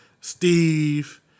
Steve